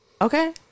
okay